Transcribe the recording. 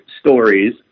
stories